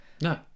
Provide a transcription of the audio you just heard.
no